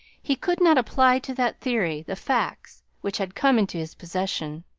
he could not apply to that theory the facts which had come into his possession.